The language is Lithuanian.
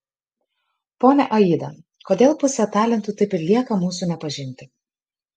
ponia aida kodėl pusė talentų taip ir lieka mūsų nepažinti